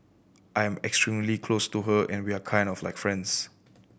I am extremely close to her and we are kind of like friends